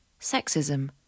sexism